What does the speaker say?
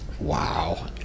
Wow